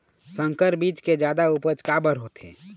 संकर बीज के जादा उपज काबर होथे?